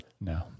No